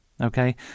Okay